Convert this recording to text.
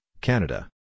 Canada